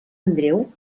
andreu